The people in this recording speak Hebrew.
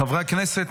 חברי הכנסת,